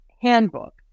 Handbook